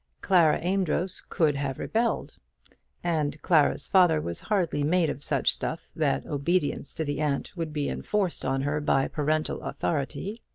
clara amedroz could have rebelled and clara's father was hardly made of such stuff that obedience to the aunt would be enforced on her by parental authority.